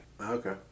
Okay